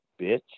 Bitch